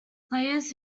players